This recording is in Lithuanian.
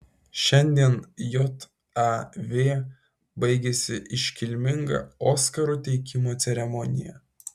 šiandien jav baigėsi iškilminga oskarų teikimo ceremonija